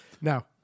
Now